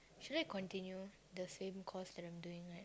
should I continue the same course that I'm doing now